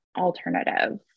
alternative